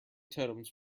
totems